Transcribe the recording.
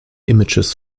images